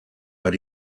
but